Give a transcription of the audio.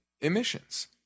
emissions